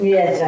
Yes